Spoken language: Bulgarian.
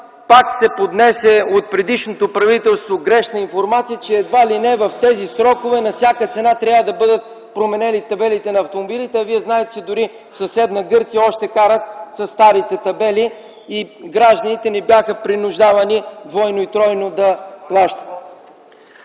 Тогава от предишното правителство пак се поднесе грешна информация, че едва ли не в тези срокове на всяка цена трябва да бъдат променени табелите на автомобилите, а Вие знаете, че дори в съседна Гърция още карат със старите табели и гражданите не бяха принуждавани двойно и тройно да плащат.